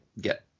get